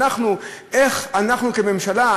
איך אנחנו כממשלה,